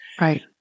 Right